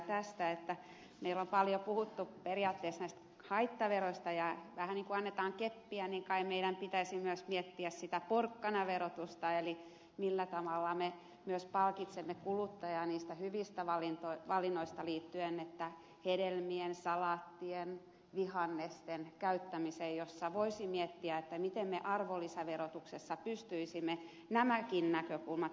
kun meillä on paljon puhuttu periaatteessa näistä haittaveroista ja vähän ikään kuin annetaan keppiä niin kai meidän pitäisi myös miettiä sitä porkkanaverotusta eli sitä millä tavalla me myös palkitsemme kuluttajaa niistä hyvistä valinnoista liittyen hedelmien salaattien vihannesten käyttämiseen ja siinä voisi miettiä miten me arvonlisäverotuksessa pystyisimme nämäkin näkökulmat huomioimaan